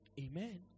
Amen